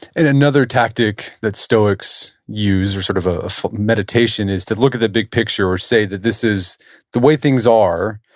and another tactic that stoics use, or sort of a meditation, is to look at the big picture, or say that this is the way things are,